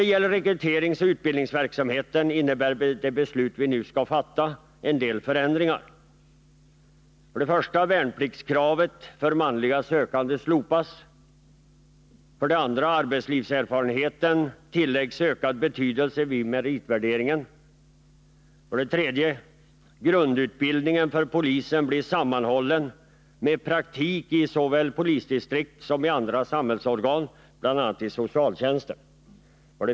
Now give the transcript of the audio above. Beträffande rekryteringsoch utbildningsverksamheten innebär det beslut som vi nu skall fatta en del förändringar: 3.Grundutbildningen för polisen blir sammanhållen med praktik såväl i polisdistrikt som i andra samhällsorgan, bl.a. i socialtjänsten.